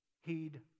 heed